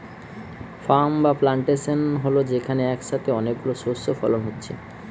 farm বা plantation হল যেখানে একসাথে অনেক গুলো শস্য ফলন হচ্ছে